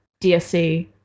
dsc